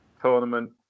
tournament